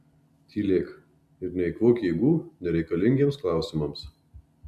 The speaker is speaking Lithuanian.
tylėk ir neeikvok jėgų nereikalingiems klausimams